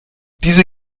diese